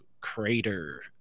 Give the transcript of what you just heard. crater